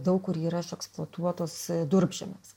daug kur yra išeksploatuotos durpžemiuose